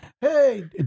hey